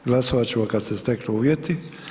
Glasovat ćemo kada se steknu uvjeti.